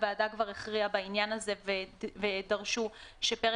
הוועדה כבר הכריעה בעניין הזה ודרשו שפרק